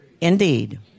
Indeed